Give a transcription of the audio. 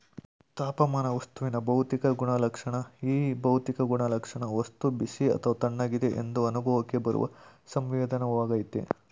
ತಾಪಮಾನ ವಸ್ತುವಿನ ಭೌತಿಕ ಗುಣಲಕ್ಷಣ ಈ ಭೌತಿಕ ಗುಣಲಕ್ಷಣ ವಸ್ತು ಬಿಸಿ ಅಥವಾ ತಣ್ಣಗಿದೆ ಎಂದು ಅನುಭವಕ್ಕೆ ಬರುವ ಸಂವೇದನೆಯಾಗಯ್ತೆ